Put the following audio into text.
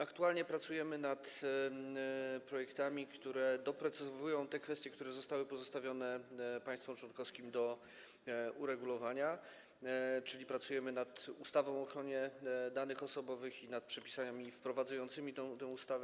Aktualnie pracujemy nad projektami, które doprecyzowują kwestie, które zostały pozostawione państwom członkowskim do uregulowania, czyli pracujemy nad ustawą o ochronie danych osobowych i nad przepisami wprowadzającymi tę ustawę.